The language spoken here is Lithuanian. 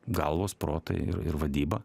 galvos protai ir ir vadyba